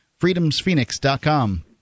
freedomsphoenix.com